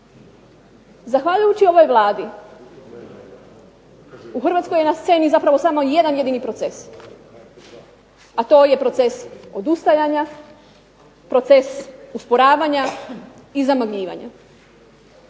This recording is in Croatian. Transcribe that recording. Zahvaljujući ovoj Vladi u Hrvatskoj je na sceni zapravo samo jedan jedini proces, a to je proces odustajanja, proces usporavanja i zamagljivanja.